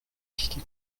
qui